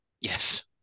Yes